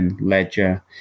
Ledger